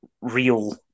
real